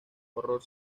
horror